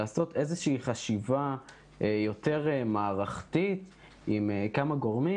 לעשות איזושהי חשיבה יותר מערכתית עם כמה גורמים,